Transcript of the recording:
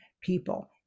people